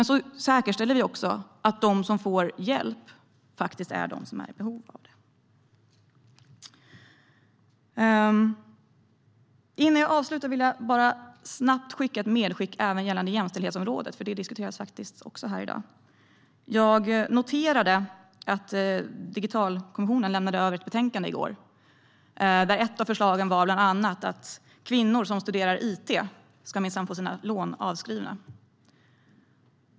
Så säkerställer vi också att de som får hjälp faktiskt är de som är i behov av det. Innan jag avslutar vill jag bara ge ett snabbt medskick om jämställdhetsområdet, för det diskuteras också här i dag. Jag noterade att Digitaliseringskommissionen överlämnade ett betänkande i går där ett av förslagen var att kvinnor som studerar it minsann ska få sina lån avskrivna.